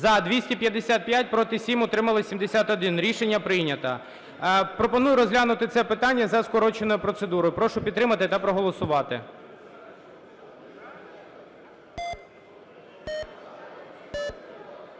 За-255 Проти – 7, утрималось – 71. Рішення прийнято. Пропоную розглянути це питання за скороченою процедурою. Прошу підтримати та проголосувати.